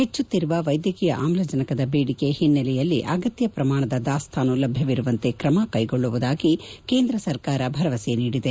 ಹೆಚ್ಚುತ್ತಿರುವ ವೈದ್ಯಕೀಯ ಆಮ್ಲಜನಕದ ಬೇಡಿಕೆ ಹಿನ್ನೆಲೆಯಲ್ಲಿ ಅಗತ್ಯ ಪ್ರಮಾಣದ ದಾಸ್ತಾನು ಲಭ್ಯವಿರುವಂತೆ ಕ್ರಮ ಕೈಗೊಳ್ಳುವುದಾಗಿ ಕೇಂದ್ರ ಸರ್ಕಾರ ಭರವಸೆ ನೀಡಿದೆ